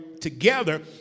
together